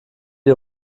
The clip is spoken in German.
die